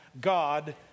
God